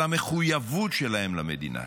על המחויבות שלהם למדינה.